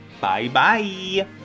Bye-bye